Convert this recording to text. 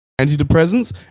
antidepressants